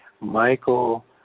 Michael